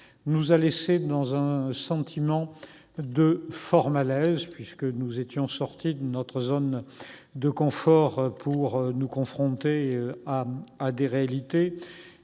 nous a laissé un sentiment de fort malaise. En effet, nous étions sortis de notre zone de confort pour nous confronter à de dures réalités.